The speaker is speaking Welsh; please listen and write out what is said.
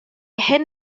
hyn